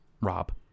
Rob